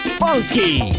funky